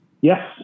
Yes